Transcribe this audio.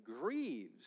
grieves